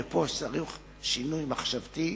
ופה צריך שינוי מחשבתי,